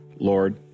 Lord